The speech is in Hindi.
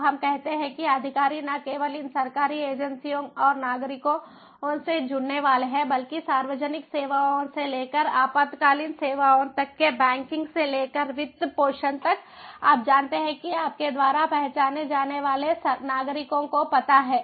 तो हम कहते हैं कि अधिकारी न केवल इन सरकारी एजेंसियों और नागरिकों से जुड़ने वाले हैं बल्कि सार्वजनिक सेवाओं से लेकर आपातकालीन सेवाओं तक के बैंकिंग से लेकर वित्त पोषण तक आप जानते हैं कि आपके द्वारा पहचाने जाने वाले नागरिकों को पता है